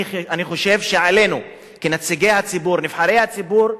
אני חושב שעלינו, כנציגי הציבור, נבחרי הציבור,